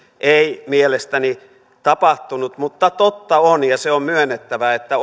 ei mielestäni tapahtunut mutta totta on ja se on myönnettävä että